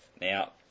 Now